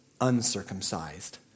uncircumcised